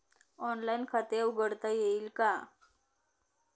Online खाते उघडता येईल का?